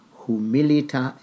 humilita